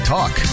Talk